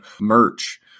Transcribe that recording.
merch